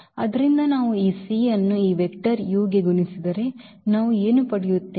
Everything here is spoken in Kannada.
ಆದ್ದರಿಂದ ನಾವು ಈ c ಅನ್ನು ಈ ವೆಕ್ಟರ್ u ಗೆ ಗುಣಿಸಿದರೆ ನಾವು ಏನು ಪಡೆಯುತ್ತೇವೆ